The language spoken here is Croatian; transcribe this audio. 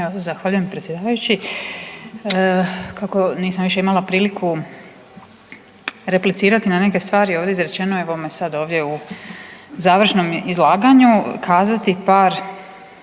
zahvaljujem predsjedavajući. Kako nisam imala više priliku replicirati na neke stvari ovdje izrečeno, evo me sad ovdje u završnom izlaganju kazati par